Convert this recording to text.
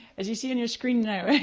as you see on your screen now,